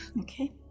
okay